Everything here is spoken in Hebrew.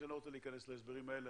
אני לא רוצה להיכנס להסברים האלה.